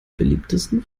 beliebtesten